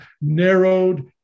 narrowed